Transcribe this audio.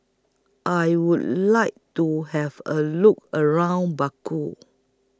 I Would like to Have A Look around Baku